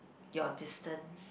your distance